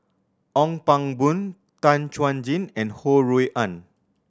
Ong Pang Boon Tan Chuan Jin and Ho Rui An